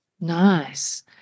Nice